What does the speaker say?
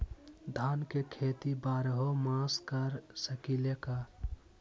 धान के खेती बारहों मास कर सकीले का?